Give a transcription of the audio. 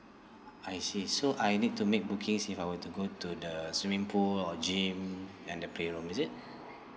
I see so I need to make bookings if I were to go to the swimming pool or gym and the play room is it